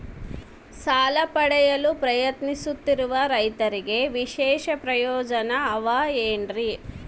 ಸಾಲ ಪಡೆಯಲು ಪ್ರಯತ್ನಿಸುತ್ತಿರುವ ರೈತರಿಗೆ ವಿಶೇಷ ಪ್ರಯೋಜನ ಅವ ಏನ್ರಿ?